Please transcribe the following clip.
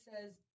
says